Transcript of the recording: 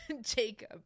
Jacob